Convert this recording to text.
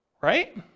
right